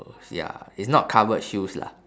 ya it's not covered shoes lah